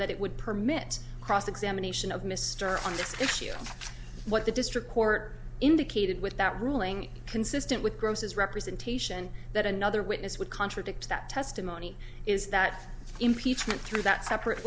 that it would permit cross examination of mr on this issue what the district court indicated with that ruling consistent with gross's representation that another witness would contradict that testimony is that impeachment through that separate